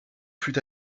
fut